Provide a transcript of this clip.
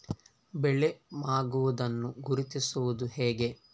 ಬೆಳೆ ಮಾಗುವುದನ್ನು ಗುರುತಿಸುವುದು ಹೇಗೆ?